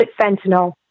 fentanyl